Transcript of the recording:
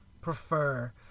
prefer